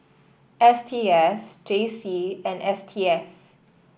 S T S J C and S T S